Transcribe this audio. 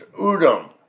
Udom